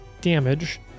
damage